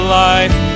life